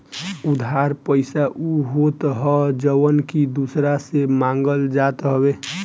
उधार पईसा उ होत हअ जवन की दूसरा से मांगल जात हवे